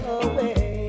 away